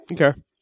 Okay